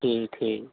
ٹھیک ٹھیک